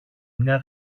μία